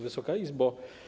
Wysoka Izbo!